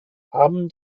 haben